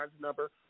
number